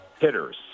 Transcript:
hitters